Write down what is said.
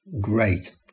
great